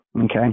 Okay